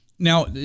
Now